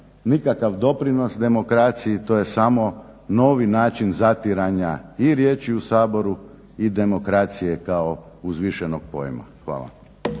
nikakav doprinos demokraciji, to je samo novi način zatiranja i riječi u Saboru i demokracije kao uzvišenog pojma. Hvala.